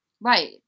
Right